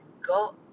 go